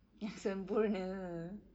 yang sempurna